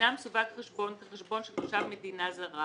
שבגינה סווג חשבון כחשבון של תושב מדינה זרה